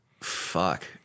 fuck